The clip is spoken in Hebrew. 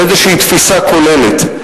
באיזו תפיסה כוללת.